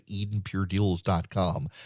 EdenPureDeals.com